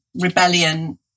rebellion